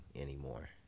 anymore